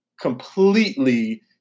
completely